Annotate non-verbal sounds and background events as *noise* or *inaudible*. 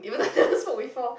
even though I never smoke before *laughs*